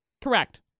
Correct